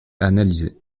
analysés